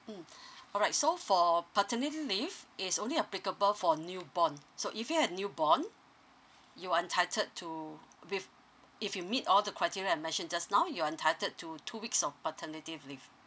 mm alright so for paternity leave is only applicable for newborn so if you had newborn you're entitled to with if you meet all the criteria I mentioned just now you're entitled to two weeks of paternity leave